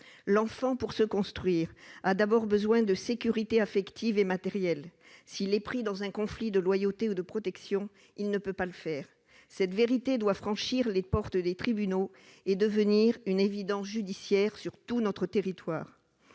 besoin, pour se construire, de sécurité affective et matérielle. S'il est pris dans un conflit de loyauté ou de protection, il ne peut pas le faire. Cette vérité doit franchir les portes des tribunaux et devenir une évidence judiciaire sur tout notre territoire.